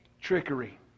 Trickery